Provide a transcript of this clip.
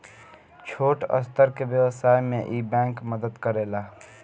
छोट स्तर के व्यवसाय में इ बैंक मदद करेला